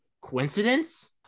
Coincidence